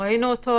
ראינו אותו.